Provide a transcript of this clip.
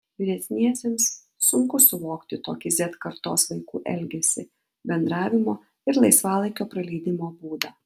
vyresniesiems sunku suvokti tokį z kartos vaikų elgesį bendravimo ir laisvalaikio praleidimo būdą